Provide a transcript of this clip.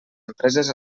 empreses